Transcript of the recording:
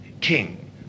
king